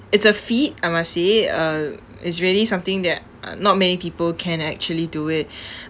it's a feat I must say uh it's really something that a~ not many people can actually do it